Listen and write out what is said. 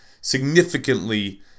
significantly